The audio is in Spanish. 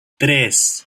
tres